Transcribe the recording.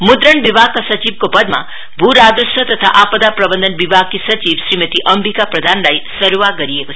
मुद्ण विभागका सचिवको पदमा भूराजस्व तथा आपदा प्रबन्धन विभागकी सचिव श्रीमती अम्बिका प्रधानलाई सरुवा गरिएको छ